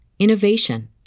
innovation